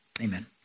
amen